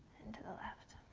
and to the left.